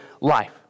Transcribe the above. life